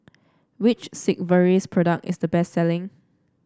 which Sigvaris product is the best selling